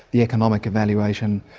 the economic evaluation.